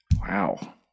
Wow